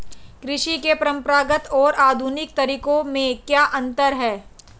कृषि के परंपरागत और आधुनिक तरीकों में क्या अंतर है?